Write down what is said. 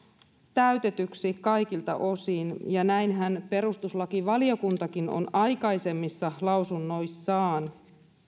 täytetyiksi kaikilta osin ja perustuslakivaliokuntakin on aikaisemmissa lausunnoissaan